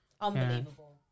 Unbelievable